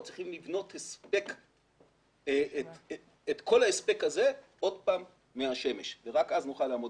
צריכים לבנות את כל ההספק הזה עוד פעם מהשמש ורק אז נוכל לעמוד